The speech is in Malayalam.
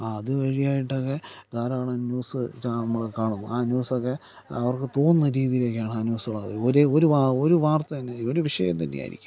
അതുവഴിയായിട്ടൊക്കെ ധാരാളം ന്യൂസ് നമ്മൾ കാണുന്നു ആ ന്യൂസ് ഒക്കെ അവർക്ക് തോന്നുന്ന രീതിയിലൊക്കെയാണ് ആ ന്യൂസുകൾ ഒരു ഒരു വാ ഒരു വാർത്ത തന്നെ ഒരു വിഷയം തന്നെ ആയിരിക്കും